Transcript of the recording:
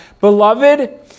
Beloved